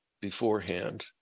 beforehand